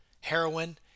heroin